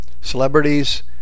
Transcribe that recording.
Celebrities